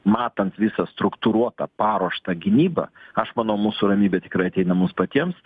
matant visą struktūruotą paruoštą gynybą aš manau mūsų ramybė tikrai ateina mums patiems